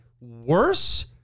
worse